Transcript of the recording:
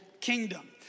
kingdom